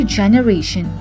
generation